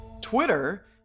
Twitter